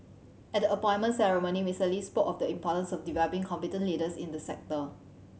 at the appointment ceremony Mister Lee spoke of the importance of developing competent leaders in the sector